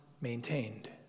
maintained